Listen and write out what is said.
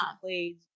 played